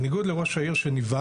בניגוד של ראש העיר שנבהל,